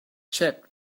chad